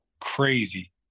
crazy